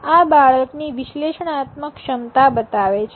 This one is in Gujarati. આ બાળકની વિશ્લેષણાત્મક ક્ષમતા બતાવે છે